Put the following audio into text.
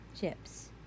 chips